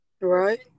Right